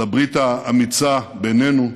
לברית האמיצה בינינו,